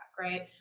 Right